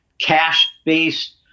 cash-based